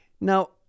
Now